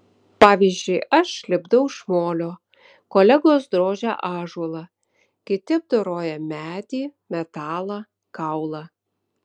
pavyzdžiui aš lipdau iš molio kolegos drožia ąžuolą kiti apdoroja medį metalą kaulą